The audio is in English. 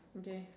okay